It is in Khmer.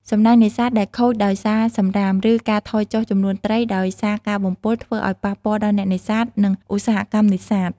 សំណាញ់នេសាទដែលខូចដោយសារសំរាម ឬការថយចុះចំនួនត្រីដោយសារការបំពុល ធ្វើឱ្យប៉ះពាល់ដល់អ្នកនេសាទ និងឧស្សាហកម្មនេសាទ។